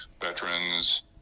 veterans